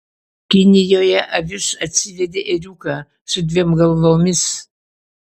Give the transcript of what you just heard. kinijoje avis atsivedė ėriuką su dviem galvomis